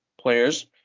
players